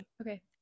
Okay